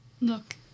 Look